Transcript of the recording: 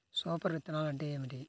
Super విత్తనాలు అంటే ఏమిటి?